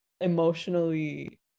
emotionally